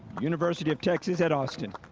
university of texas at austin.